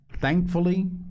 Thankfully